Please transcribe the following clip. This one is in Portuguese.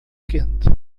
quente